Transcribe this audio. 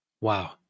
Wow